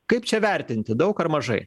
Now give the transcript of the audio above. kaip čia vertinti daug ar mažai